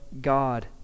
god